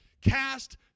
Cast